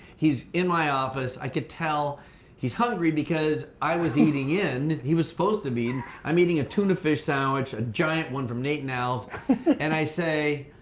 he's in my office. i could tell he's hungry because i was eating in he was supposed to be, i'm eating a tuna fish sandwich a giant one from nate and al's and i say,